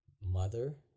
mother